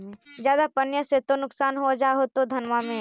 ज्यादा पनिया से तो नुक्सान हो जा होतो धनमा में?